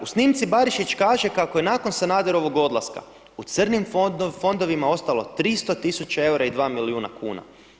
U snimci Barišić kaže kako je nakon Sanaderovog odlaska u crnim fondovima ostalo 300 tisuća eura i 2 milijuna kuna.